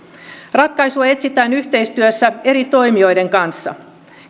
ratkaisua etsitään yhteistyössä eri toimijoiden kanssa